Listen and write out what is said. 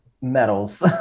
medals